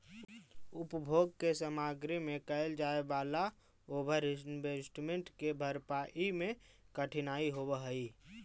उपभोग के सामग्री में कैल जाए वालला ओवर इन्वेस्टमेंट के भरपाई में कठिनाई होवऽ हई